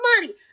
money